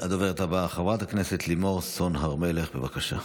הדוברת הבאה, חברת הכנסת לימור סון הר מלך, בבקשה.